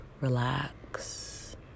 relax